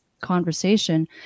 conversation